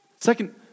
Second